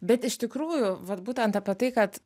bet iš tikrųjų vat būtent apie tai kad